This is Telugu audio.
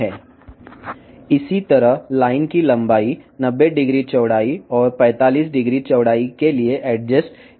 అదేవిధంగా 900 వెడల్పు మరియు 450 వెడల్పు కోసం లైన్ పొడవును సర్దుబాటు చేయవచ్చు